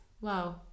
wow